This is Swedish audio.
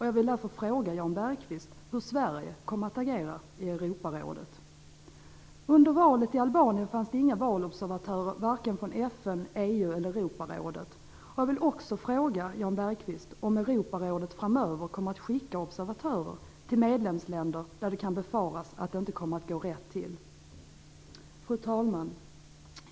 Jag vill därför fråga Jan Bergqvist hur Sverige kommer att agera i Europarådet. Under valet i Albanien fanns det inga valobservatörer från vare sig FN, EU eller Europarådet. Jag vill också fråga Jan Bergqvist om Europarådet framöver kommer att skicka observatörer till medlemsländer där det kan befaras att det inte kommer att gå rätt till. Fru talman!